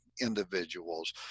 individual's